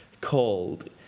called